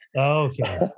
Okay